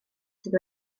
sydd